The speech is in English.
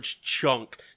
chunk